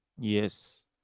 yes